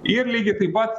ir lygiai taip pat